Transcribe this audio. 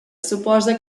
suposa